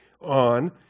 on